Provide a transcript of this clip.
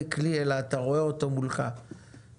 לזה, בוכהלטריה של ההיסטוריה של המדרוג.